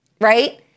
Right